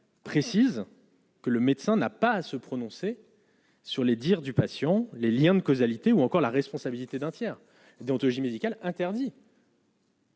précise. Que le médecin n'a pas à se prononcer sur les dires du patient, les Liens de causalités ou encore la responsabilité d'un tiers déontologie médicale interdit.